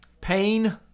pain